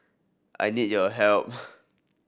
I need your help